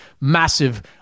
massive